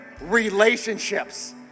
relationships